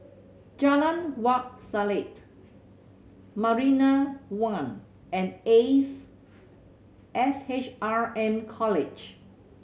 Jalan Wak Selat Marina One and Ace S H R M College